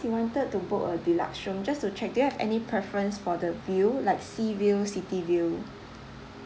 you wanted to book a deluxe room just to check do you have any preference for the view like sea view city view